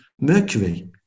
mercury